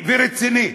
ורציני.